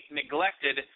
neglected